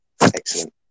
Excellent